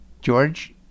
George